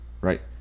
Right